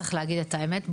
וצריך להגיד את האמת,